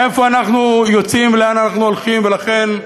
מאיפה אנחנו יוצאים, לאן אנחנו הולכים, ולכן,